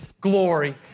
glory